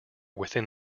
within